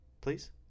Please